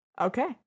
Okay